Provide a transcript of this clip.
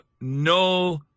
no